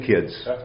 kids